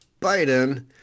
Biden